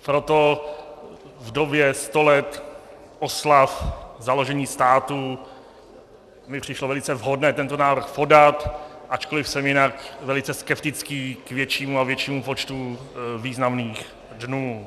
Proto v době sto let oslav založení státu mi přišlo velice vhodné tento návrh podat, ačkoliv jsem jinak velice skeptický k většímu a většímu počtu významných dnů.